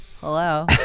Hello